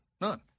None